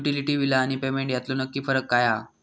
Utility बिला आणि payment यातलो नक्की फरक काय हा?